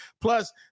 Plus